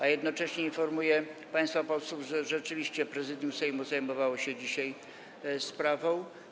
A jednocześnie informuję państwa posłów, że rzeczywiście Prezydium Sejmu zajmowało się dzisiaj sprawą.